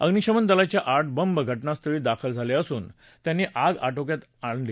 अग्निशमन दलाचखिठ बंब घटनास्थळी दाखल झालखिसून त्यांनी आग आटोक्यात आणली